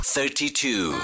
Thirty-two